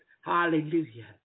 Hallelujah